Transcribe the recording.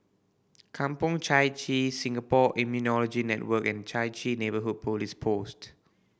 Kampong Chai Chee Singapore Immunology Network and Chai Chee Neighbourhood Police Post